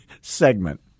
segment